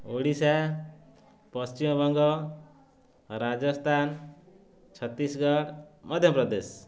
Odisha Paschimbanga Rajasthan Chhattisgarh Madhya Pradesh